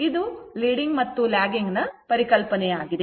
ಇದು leading ಮತ್ತು lagging ನ ಕಲ್ಪನೆಯಾಗಿದೆ